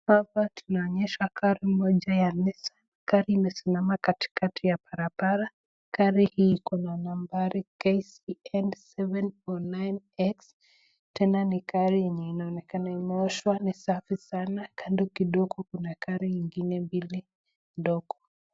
Hapa tunaonyeshwa gari moja ya Mexi, Gari imesimama katikati ya barabara . Gari hii ikona nambari KCQ 749X .Tena ni gari yenye inaonekana imeoshwa ni safi sana, kando kidogo Kuna gari nyingine mbili.